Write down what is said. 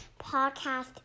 podcast